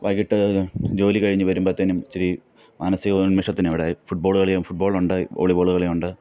വൈകിയിട്ട് ജോലി കഴിഞ്ഞ് വരുമ്പോഴത്തേക്കും ഇച്ചിരി മാനസികോന്മേഷത്തിന് ഇവിടെ ഫുട്ബോള് കളിയും ഫുട്ബോളുണ്ട് വോളീബോള് കളിയുണ്ട്